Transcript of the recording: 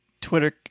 Twitter